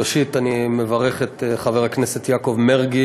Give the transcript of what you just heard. ראשית אני מברך את חבר הכנסת יעקב מרגי